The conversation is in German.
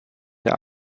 der